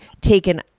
taken